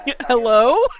Hello